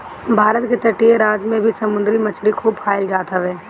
भारत के तटीय राज में भी समुंदरी मछरी खूब खाईल जात हवे